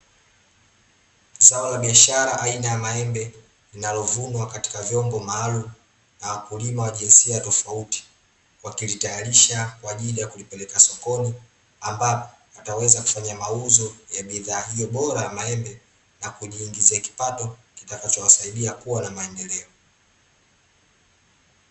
Zao la biashara aina ya maembe, linalovunwa katika vyombo maalumu, na wakulima wa jinsia tofauti, wakilitayarisha kwaajili ya kulipeleka sokoni ambapo, wataweza kufanya mauzo , ya bidhaa hiyo bora ya maembe, na kujiingizia kipato, kitakacho wasaidia kuwa na maendeleo.